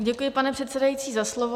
Děkuji, pane předsedající, za slovo.